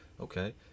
okay